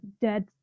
dead